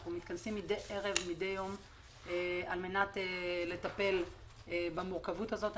אנחנו מתכנסים מדי ערב על מנת לטפל במורכבות הזאת.